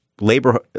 labor